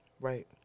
Right